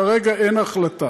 כרגע אין החלטה